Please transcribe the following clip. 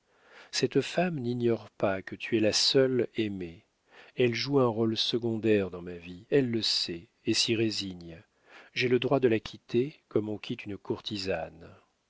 cette femme n'ignore pas que tu es la seule aimée elle joue un rôle secondaire dans ma vie elle le sait et s'y résigne j'ai le droit de la quitter comme on quitte une courtisane